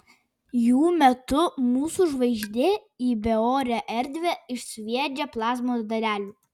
jų metu mūsų žvaigždė į beorę erdvę išsviedžia plazmos dalelių